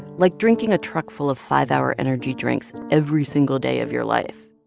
like drinking a truck full of five hour energy drinks every single day of your life